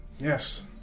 Yes